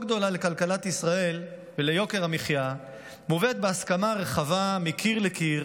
גדולה לכלכלה וליוקר המחיה מובאת בהסכמה רחבה מקיר לקיר,